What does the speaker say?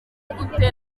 gute